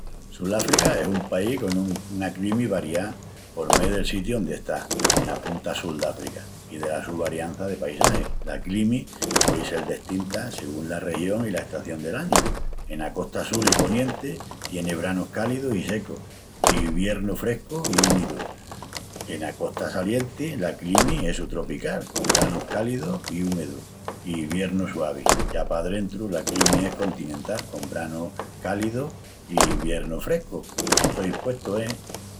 Suláfrica es un país con una climi variá, por mé del sitiu ondi está, ena punta sul d'África i dela su variança de paisagis. La climi puei sel destinta sigún la región i la estación del añu. Ena costa sul i ponienti, tien branus cálidus i secus, i iviernus frescus i úmidus. Ena costa salienti, la climi es sutropical, con branus cálidus i úmidus, i iviernus suavis. Ya pa drentu la climi es continental, con branus cálidus i iviernus frescus. Estó impuestu, e?